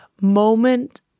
moment